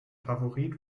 favorit